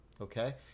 Okay